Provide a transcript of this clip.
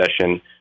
session